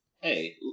Hey